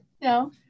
no